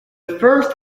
first